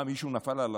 מה, מישהו נפל על הראש?